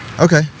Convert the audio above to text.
Okay